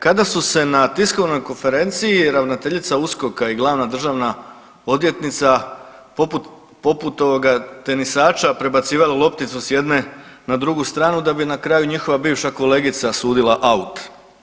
Kada su se na tiskovnoj konferenciji, ravnateljica USKOK-a i glavna državna odvjetnica poput tenisača prebacivala lopticu sa jedne na drugu stranu da bi na kraju njihova bivša kolegica sudila aut.